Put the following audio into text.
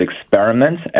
experiments